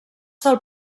del